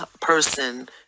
person